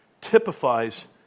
typifies